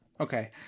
Okay